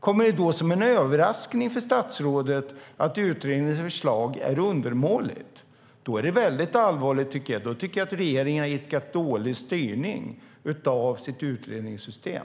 Kommer det som en överraskning för statsrådet att utredningens förslag är undermåligt? Det är i så fall mycket allvarigt, tycker jag. Då tycker jag att regeringen har idkat dålig styrning av sitt utredningssystem.